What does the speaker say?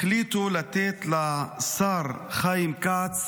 החליטו לתת לשר חיים כץ